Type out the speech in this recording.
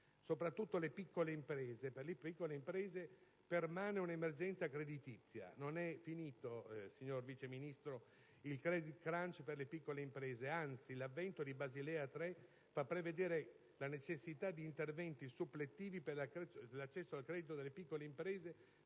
Soprattutto per le piccole imprese permane un'emergenza creditizia. Non è finito, signor Vice Ministro, il *credit crunch* per le piccole imprese; anzi, l'avvento di Basilea 3 fa prevedere la necessità di interventi suppletivi per l'accesso al credito delle piccole imprese,